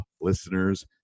listeners